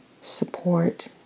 support